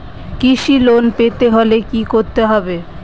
কৃষি লোন পেতে হলে কি করতে হবে?